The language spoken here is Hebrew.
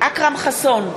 אכרם חסון,